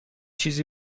چیزی